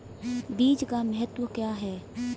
बीज का महत्व क्या है?